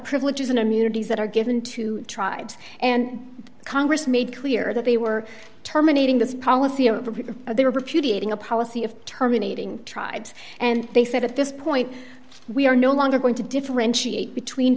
privileges and immunities that are given to tried and congress made clear that they were terminating this policy over there were a few dating a policy of terminating tribes and they said at this point we are no longer going to differentiate between